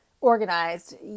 organized